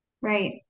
Right